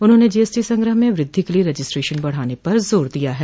उन्होंने जीएसटी संग्रह में वृद्धि के लिये रजिस्ट्रेशन बढ़ाने पर जोर दिया है